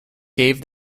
gave